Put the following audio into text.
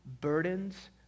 burdens